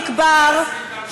חיליק בר,